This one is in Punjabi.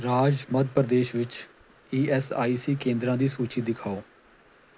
ਰਾਜ ਮੱਧ ਪ੍ਰਦੇਸ਼ ਵਿੱਚ ਈ ਐਸ ਆਈ ਸੀ ਕੇਂਦਰਾਂ ਦੀ ਸੂਚੀ ਦਿਖਾਓ